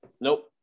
Nope